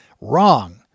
Wrong